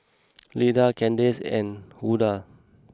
Lida Candace and Hulda